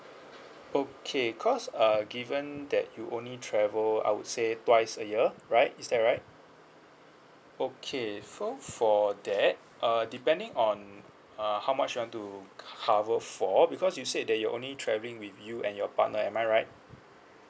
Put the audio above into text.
okay cause uh given that you only travel I would say twice a year right is that right okay so for that uh depending on uh how much you want to cover for because you said that you're only travelling with you and your partner am I right